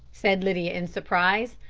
said lydia in surprise.